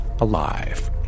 alive